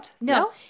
No